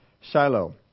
Shiloh